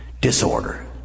disorder